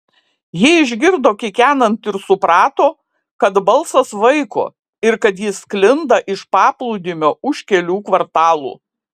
ji išgirdo kikenant ir suprato kad balsas vaiko ir kad jis sklinda iš paplūdimio už kelių kvartalų